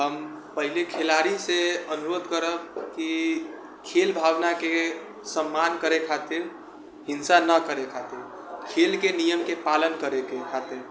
हम पहिले खेलाड़ीसँ अनुरोध करब की खेल भावनाके सम्मान करै खातिर हिंसा नहि करै खातिर खेलके नियमके पालन करैके खातिर